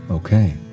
Okay